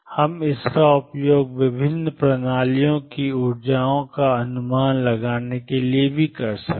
हम इसका उपयोग विभिन्न प्रणालियों की ऊर्जाओं का अनुमान लगाने के लिए भी कर सकते हैं